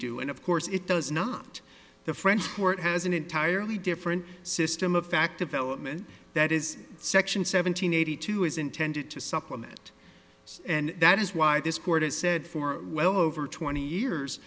do and of course it does not the french court has an entirely different system of fact of element that is section seven hundred eighty two is intended to supplement and that is why this court has said for well over twenty years